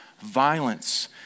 violence